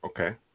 Okay